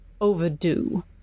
overdue